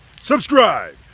subscribe